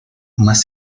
más